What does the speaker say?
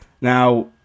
Now